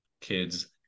kids